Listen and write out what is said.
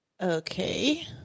Okay